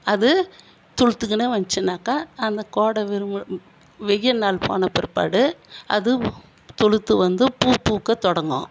அது துளுத்துக்குன்னே வந்துச்சுன்னாக்கா அந்த கோட வெறு வெயல் நாள் போன பிற்பாடு அது துளுத்து வந்து பூ பூக்கத் தொடங்கும்